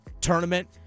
tournament